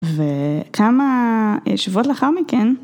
וכמה שבועות לאחר מכן.